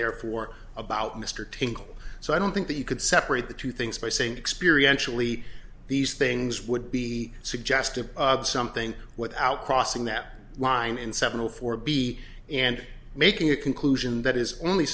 therefore about mr tingle so i don't think that you can separate the two things by saying experience surely these things would be suggestive of something without crossing that line in several for b and making a conclusion that is only